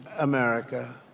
America